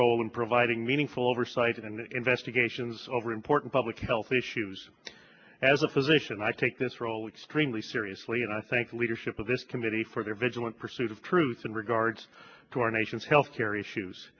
role in providing meaningful oversight and investigations over important public health issues as a physician i take this role extremely seriously and i thank the leadership of this committee for their vigilant pursuit of truth in regards to our nation's health care issues